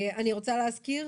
אני רוצה להזכיר